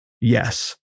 Yes